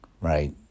right